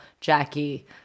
Jackie